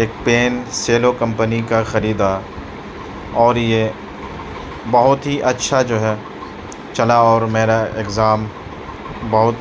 ایک pen Cello company کا خریدا اور یہ بہت ہی اچھا جو ہے چلا اور میرا اگزام بہت